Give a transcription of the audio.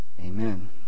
Amen